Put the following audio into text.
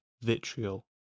vitriol